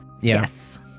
Yes